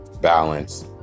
balance